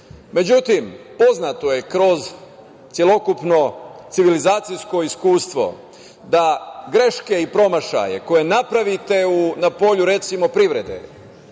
poznato je kroz celokupno civilizacijsko iskustvo da greške i promašaje koje napravite na recimo, polju privrede,